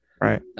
Right